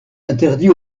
interdit